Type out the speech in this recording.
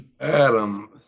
Adam